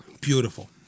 Beautiful